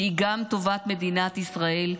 שהיא גם טובת מדינת ישראל,